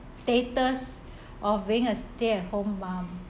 status of being a stay-at-home mum